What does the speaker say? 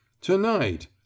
To-night